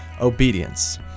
Obedience